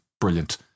brilliant